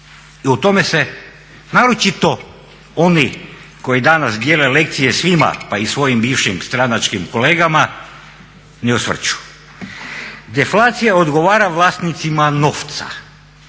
I o tome se naročito oni koji danas dijele lekcije svima pa i svojim bivšim stranačkim kolegama ne osvrću. Deflacija odgovara vlasnicima novca